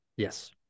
Yes